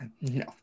No